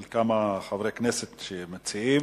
של כמה חברי כנסת שמציעים,